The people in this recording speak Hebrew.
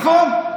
נכון?